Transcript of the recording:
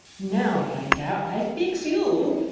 now, by gar, i feex you!